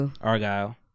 Argyle